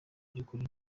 by’ukuri